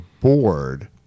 bored